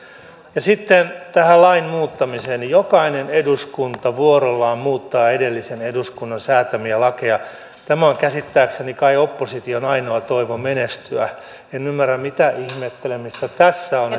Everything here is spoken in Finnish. sitten tähän lain muuttamiseen jokainen eduskunta vuorollaan muuttaa edellisen eduskunnan säätämiä lakeja tämä on käsittääkseni kai opposition ainoa toivo menestyä en ymmärrä mitä ihmettelemistä tässä on